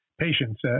patients